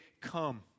come